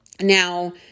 Now